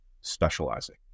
specializing